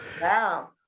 wow